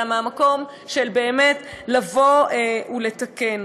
אלא מהמקום של באמת לבוא ולתקן,